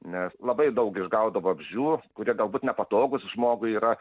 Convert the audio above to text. nes labai daug išgaudo vabzdžių kurie galbūt nepatogūs žmogui yra